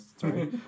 Sorry